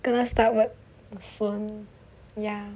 gonna start work soon ya